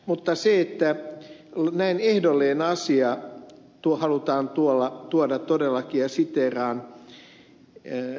mutta näin ehdollinen asia halutaan tuoda todellakin esille ja siteeraan